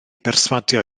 berswadio